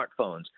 smartphones